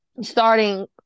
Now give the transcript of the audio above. Starting